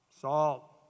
Salt